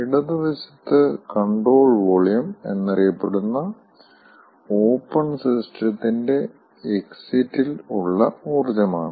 ഇടത് വശത്ത് control volume എന്നറിയപ്പെടുന്ന ഓപ്പൺ സിസ്റ്റത്തിന്റെ എക്സിറ്റിൽ ഉള്ള ഊർജ്ജമാണ്